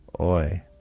oi